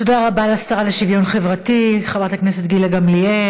תודה רבה לשרה לשוויון חברתי חברת הכנסת גילה גמליאל.